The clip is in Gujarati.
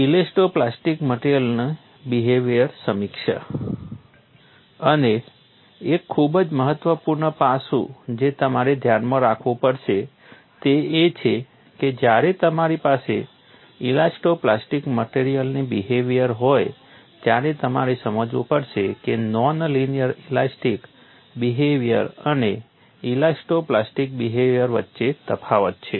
ઇલાસ્ટો પ્લાસ્ટિક મટેરીઅલની બિહેવીઅરની સમીક્ષા અને એક ખૂબ જ મહત્વપૂર્ણ પાસું જે તમારે ધ્યાનમાં રાખવું પડશે તે એ છે કે જ્યારે તમારી પાસે ઇલાસ્ટો પ્લાસ્ટિક મટેરીઅલની બિહેવીઅર હોય ત્યારે તમારે સમજવું પડશે કે નોન લિનિયર ઇલાસ્ટિક બિહેવીઅર અને ઇલાસ્ટો પ્લાસ્ટિક બિહેવીઅર વચ્ચે તફાવત છે